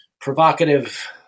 provocative